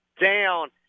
down